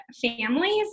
families